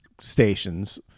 stations